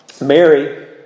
Mary